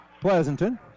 Pleasanton